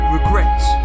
Regrets